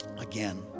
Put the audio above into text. again